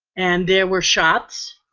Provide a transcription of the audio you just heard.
and there were shots,